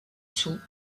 saoul